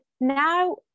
now